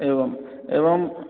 एवम् एवं